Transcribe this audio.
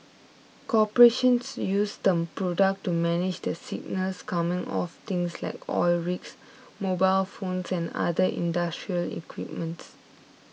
corporations use the product to manage the signals coming off things like oil rigs mobile phones and other industrial equipment